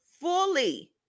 Fully